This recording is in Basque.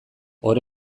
hor